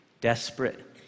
desperate